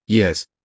Yes